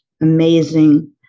amazing